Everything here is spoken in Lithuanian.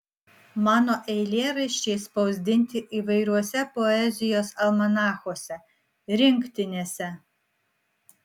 mano eilėraščiai spausdinti įvairiuose poezijos almanachuose rinktinėse